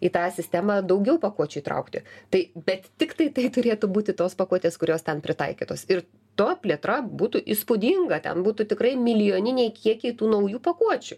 į tą sistemą daugiau pakuočių įtraukti tai bet tiktai tai turėtų būti tos pakuotės kurios ten pritaikytos ir to plėtra būtų įspūdinga ten būtų tikrai milijoniniai kiekiai tų naujų pakuočių